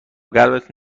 قلبت